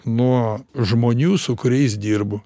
nuo žmonių su kuriais dirbu